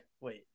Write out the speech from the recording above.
wait